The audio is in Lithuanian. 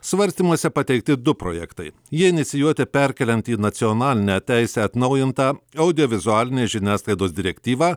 svarstymuose pateikti du projektai jie inicijuoti perkeliant į nacionalinę teisę atnaujintą audiovizualinės žiniasklaidos direktyvą